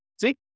See